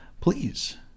Please